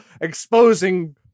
exposing